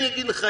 אני אגיד לך,